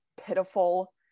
pitiful